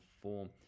form